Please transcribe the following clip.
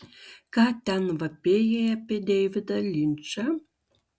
ką ten vapėjai apie deividą linčą